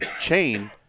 chain